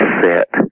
set